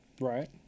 right